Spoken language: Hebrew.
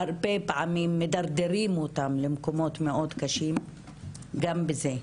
והרבה פעמים מדרדרים אותם למקומות מאוד קשים גם בזה,